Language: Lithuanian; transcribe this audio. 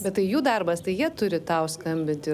bet tai jų darbas tai jie turi tau skambinti